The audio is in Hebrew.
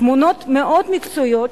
תמונות מאוד מקצועיות,